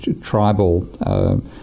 tribal